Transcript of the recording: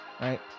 right